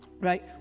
Right